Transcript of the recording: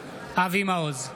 אבי מעוז,